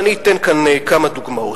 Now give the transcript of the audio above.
ואתן כאן כמה דוגמאות.